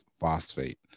phosphate